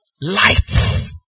lights